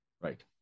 right